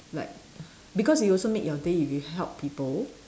like because it also make your day if you help people